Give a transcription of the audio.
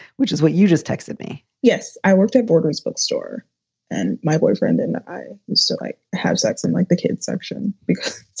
which is what you just texted me yes, i worked at borders bookstore and my boyfriend and i so still have sex in like the kids section because